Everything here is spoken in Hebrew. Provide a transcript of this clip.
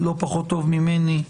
לא פחות טוב ממני,